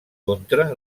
contra